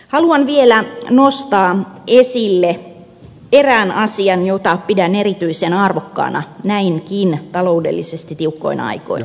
haluan vielä nostaa esille erään asian jota pidän erityisen arvokkaana näinkin taloudellisesti tiukkoina aikoina